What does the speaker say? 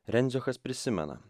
rendziochas prisimena